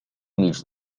mig